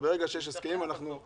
ברגע שיש הסכמים, אנחנו ממשיכים.